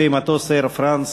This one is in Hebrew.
חטופי מטוס "אייר פראנס",